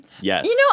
Yes